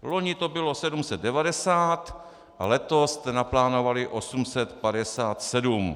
Loni to bylo 790, letos jste naplánovali 857.